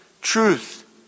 truth